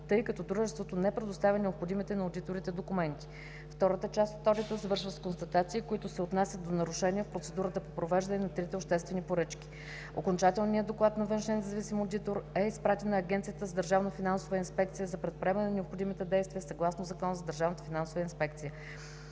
тъй като дружеството не предоставя необходимите на одиторите документи. Втората част от одита завършва с констатации, които се отнасят до нарушения в процедурата по провеждане на трите обществени поръчки. Окончателният доклад на външния независим одитор е изпратен на Агенцията за държавна финансова инспекция за предприемане на необходимите действия, съгласно Закона за Държавната финансова инспекция.